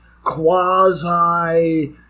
quasi